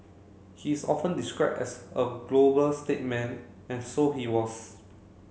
he is often described as a global stateman and so he was